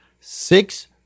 six